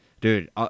Dude